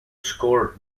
scored